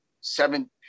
seven